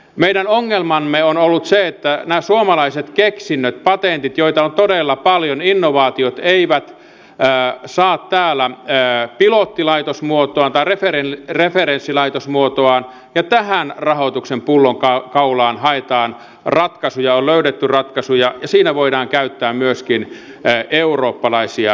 meidän ongelmamme on ollut se että nämä suomalaiset keksinnöt patentit joita on todella paljon innovaatiot eivät saa täällä referenssilaitosmuotoaan ja tähän rahoituksen pullonkaulaan haetaan ratkaisuja on löydetty ratkaisuja ja siinä voidaan käyttää myöskin eurooppalaisia rahastoja